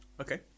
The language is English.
Okay